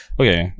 okay